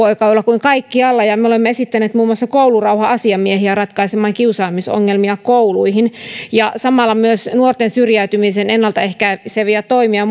niin kouluissa kuin työpaikoilla kuin kaikkialla me olemme esittäneet muun muassa koulurauha asiamiehiä ratkaisemaan kiusaamisongelmia kouluissa ja samalla myös nuorten syrjäytymisen ennaltaehkäiseviä toimia